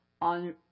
on